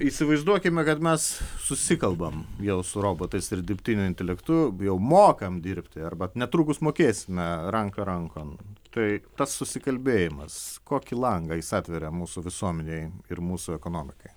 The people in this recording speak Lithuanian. įsivaizduokime kad mes susikalbam jau su robotais ir dirbtiniu intelektu jau mokam dirbti arba netrukus mokėsime ranka rankon tai tas susikalbėjimas kokį langą jis atveria mūsų visuomenei ir mūsų ekonomikai